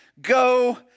Go